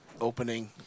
opening